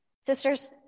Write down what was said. Sisters